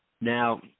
Now